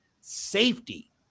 safety